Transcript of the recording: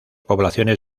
poblaciones